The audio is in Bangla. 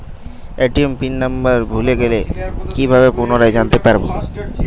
এ.টি.এম পিন নাম্বার ভুলে গেলে কি ভাবে পুনরায় জানতে পারবো?